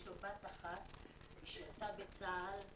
יש לו בת אחת ששירתה בצה"ל.